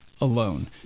alone